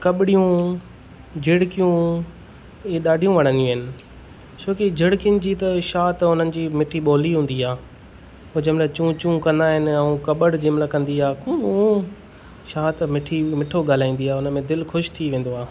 कॿड़ियूं झिरिकियूं इहे ॾाढियूं वणंदियूं आहिनि छो कि झिरिकियुनि जी त छा त हुननि जी मिठी ॿोली हूंदी आहे हो जंहिं महिल चूं चूं कंदा आहिनि ऐं कॿर जंहिं महिल कंदी आ्हे कूं छा त मिठी मिठो ॻाल्हाईंदी आहे हुन में दिल ख़ुशि थी वेंदो आहे